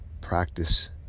practice